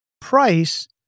price